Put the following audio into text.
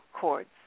cords